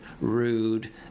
rude